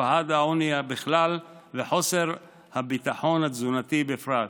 תופעת העוני בכלל וחוסר הביטחון התזונתי בפרט.